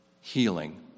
Healing